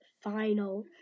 Final